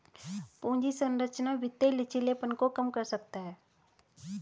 पूंजी संरचना वित्तीय लचीलेपन को कम कर सकता है